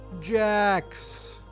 Jax